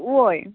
हय